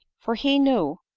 for he knew,